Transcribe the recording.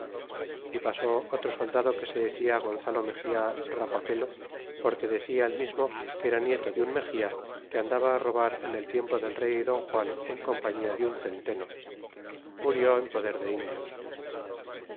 e pasó otro soldado que se decia gonzalo mexia rapapelo porque decia el mismo que era nieto de un mexia que andaba robar en el tiempo del rey don juan en compañia de un centeno murió en poder de indios